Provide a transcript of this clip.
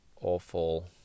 awful